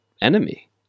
enemy